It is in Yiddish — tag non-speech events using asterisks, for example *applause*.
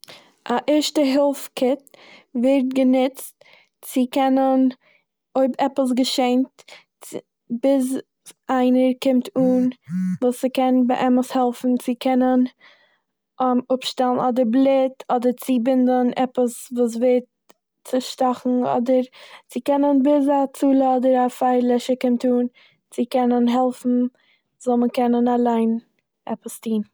*noise* א ערשטע הילף קיט ווערט גענוצט צו קענען אויב עפעס געשעהנט צ- ביז *unintelligible* איינער קומט אן *noise* וואס ס'קען באמת העלפן, צו קענען *hesitation* אפשטעלן אדער בלוט אדער צובינדען עפעס וואס ווערט צושטאכן אדער- צו קענען ביז א הצלה אדער א פייערלעשער קומט אן צו קענען העלפן זאל מען קענען אליין עפעס טוהן.